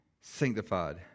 sanctified